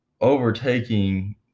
overtaking